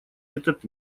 этот